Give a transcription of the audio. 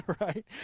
Right